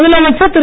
முதலமைச்சர் திரு